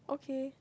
okay